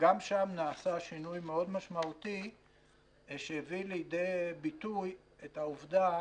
וגם שם נעשה שינוי מאוד משמעותי שהביא לידי ביטוי את העובדה